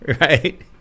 right